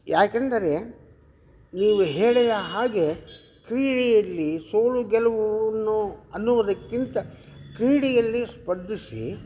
ಯಾಕೆಂದರೆ ನೀವು ಹೇಳಿದ ಹಾಗೆ ಕ್ರೀಡೆಯಲ್ಲಿ ಸೋಳು ಗೆಲುವು ಅನ್ನು ಅನ್ನುವುದಕ್ಕಿಂತ ಕ್ರೀಡೆಯಲ್ಲಿ ಸ್ಪರ್ಧಿಸಿ